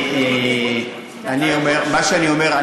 מה שאני אומר,